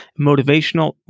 motivational